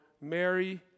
Mary